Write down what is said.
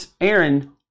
Aaron